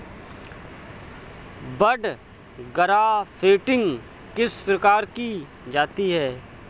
बड grafting किस प्रकार की जाती है?